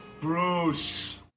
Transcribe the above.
bruce